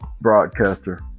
broadcaster